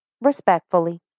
Respectfully